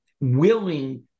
willing